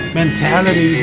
mentality